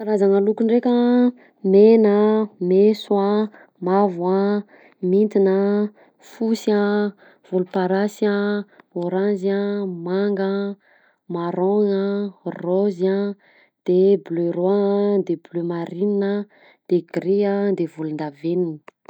Karazana loko ndreka a ,mena a, maiso a, mavo a ,mintina a, fosy a, voloparasy a, ôranzy a, manga a, marron-gna a ,raozy a, de bleu roi a, de bleu marine a, de gris a, de volondavenona.